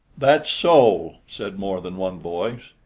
that's so! said more than one voice.